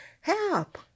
Help